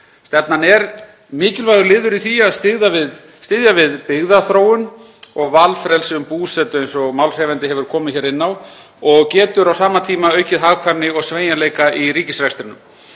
Stefnan er mikilvægur liður í því að styðja við byggðaþróun og valfrelsi um búsetu, eins og málshefjandi hefur komið hér inn á, og getur á sama tíma aukið hagkvæmni og sveigjanleika í ríkisrekstrinum.